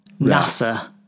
NASA